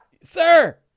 Sir